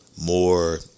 more